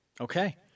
Okay